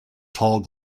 tall